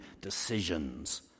decisions